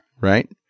right